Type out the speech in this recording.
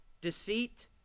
deceit